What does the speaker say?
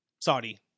Saudi